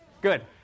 Good